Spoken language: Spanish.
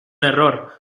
error